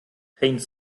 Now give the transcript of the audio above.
paint